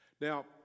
now